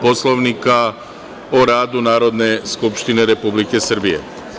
Poslovnika o radu Narodne skupštine Republike Srbije.